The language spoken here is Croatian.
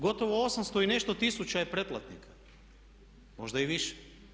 Gotovo 800 i nešto tisuća je pretplatnika, možda i više.